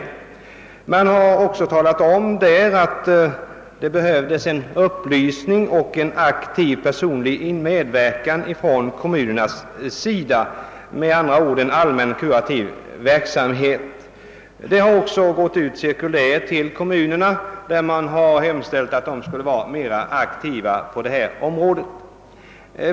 Kommittén har också anfört att det behövs upplysning samt aktiv personlig medverkan från kommunernas sida, med andra ord en allmän kurativ verksamhet. Cirkulär har utsänts till kommunerna, vari hemställts att dessa skulle vara mera aktiva på detta område.